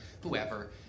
whoever